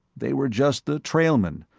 they were just the trailmen,